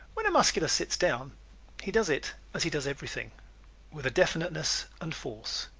when a muscular sits down he does it as he does everything with definiteness and force.